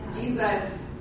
Jesus